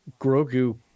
Grogu